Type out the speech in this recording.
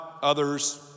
others